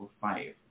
five